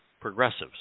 progressives